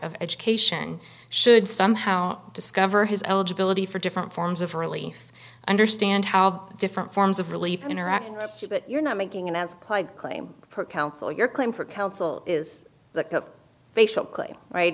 of education should somehow discover his eligibility for different forms of relief understand how the different forms of relief interact but you're not making it as clyde claim per council your claim for council is basically right